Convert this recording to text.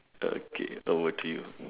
okay over to you